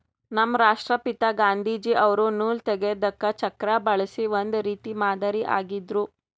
ನಮ್ ರಾಷ್ಟ್ರಪಿತಾ ಗಾಂಧೀಜಿ ಅವ್ರು ನೂಲ್ ತೆಗೆದಕ್ ಚಕ್ರಾ ಬಳಸಿ ಒಂದ್ ರೀತಿ ಮಾದರಿ ಆಗಿದ್ರು